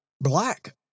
black